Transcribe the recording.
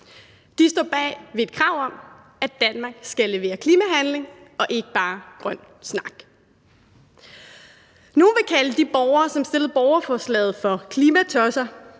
De står bag ved et krav om, at Danmark skal levere klimahandling og ikke bare grøn snak. Nogle vil kalde de borgere, som stillede borgerforslaget, for klimatosser.